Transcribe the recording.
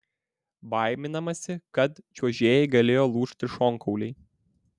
baiminamasi kad čiuožėjai galėjo lūžti šonkauliai